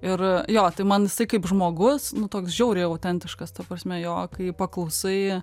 ir jo tai man jisai kaip žmogus nu toks žiauriai autentiškas ta prasme jo kai paklausai